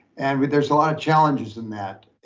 and but there's a lot of challenges in that.